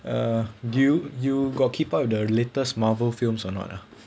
ugh do you you got keep up with the latest marvel films or not ah